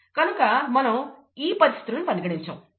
కనుక మనం ఈ పరిస్థితులను పరిగణించము